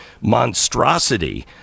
monstrosity